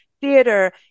theater